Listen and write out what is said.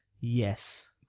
Yes